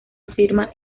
afirma